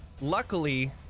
luckily